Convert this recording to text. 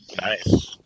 Nice